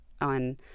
on